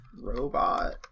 robot